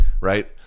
right